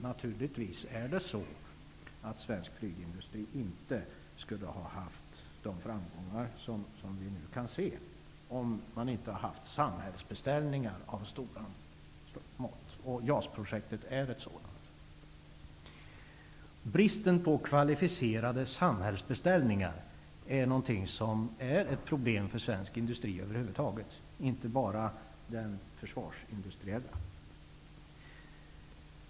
Svensk flygindustri skulle naturligtvis inte ha haft de framgångar som vi nu kan se om den inte hade haft samhällsbeställningar av stora mått. JAS-projektet är ett sådant. Bristen på kvalificerade samhällsbeställningar är ett problem för svensk industri över huvud taget. Det gäller inte bara den försvarsindustriella delen.